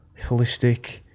holistic